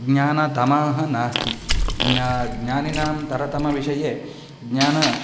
ज्ञानतमाः नास्ति ज्ञानं ज्ञानिनां तरतमविषये ज्ञानं